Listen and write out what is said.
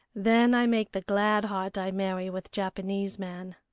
then i make the glad heart, i marry with japanese man.